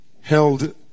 held